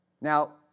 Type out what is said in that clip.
Now